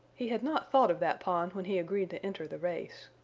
he had not thought of that pond when he agreed to enter the race.